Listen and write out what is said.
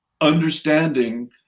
understanding